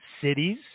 cities